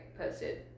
posted